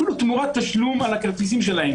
אפילו תמורת תשלום על הכרטיסים שלהם,